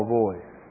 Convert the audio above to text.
voice